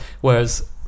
whereas